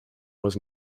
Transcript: was